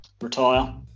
Retire